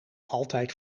altijd